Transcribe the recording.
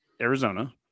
Arizona